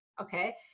okay